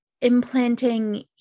implanting